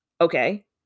Okay